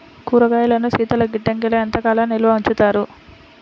కూరగాయలను శీతలగిడ్డంగిలో ఎంత కాలం నిల్వ ఉంచుతారు?